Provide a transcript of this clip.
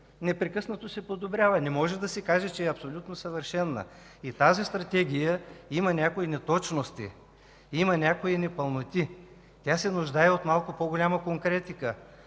Непрекъснато се подобрява – не може да се каже, че е абсолютно съвършена, тази Стратегия има някои неточности, има някои непълноти, нуждае се от малко по-голяма конкретика.